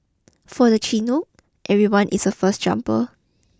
for the Chinook everyone is a first jumper